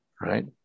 Right